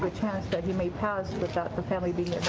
but chance but he may pass without the family being